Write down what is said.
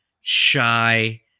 shy